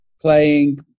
playing